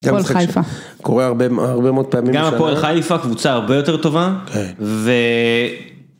קורא הרבה הרבה מאוד פעמים גם הפועל חיפה קבוצה הרבה יותר טובה.